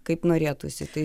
kaip norėtųsi tai